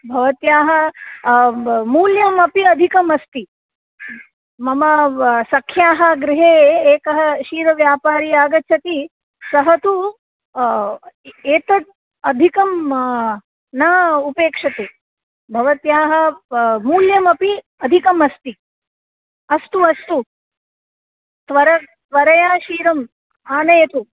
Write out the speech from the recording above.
भवत्याः मूल्यम् अपि अधिकम् अस्ति मम सख्याः गृहे एकः क्षीरव्यापारी आगच्छति सः तु एतत् अधिकं न उपेक्षते भवत्याः प मूल्यमपि अधिकम् अस्ति अस्तु अस्तु त्वरा त्वरया क्षीरम् आनयतु